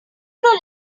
know